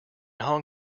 hong